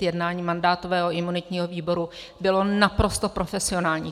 Jednání mandátového a imunitního výboru bylo naprosto profesionální.